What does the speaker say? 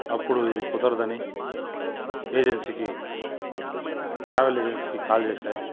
అప్పుడు ఇది కుదర్దని ఏజెన్సీకి ట్రావెల్ ఏజెన్సీకి కాల్ చేశా